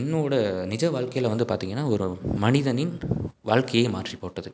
என்னோட நிஜ வாழ்க்கையில வந்து பார்த்திங்கனா ஒரு மனிதனின் வாழ்க்கையே மாற்றிப்போட்டது